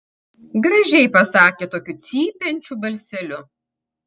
gražiai pasakė tokiu cypiančiu balseliu